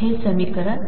हे समीकरण